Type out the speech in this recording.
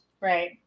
Right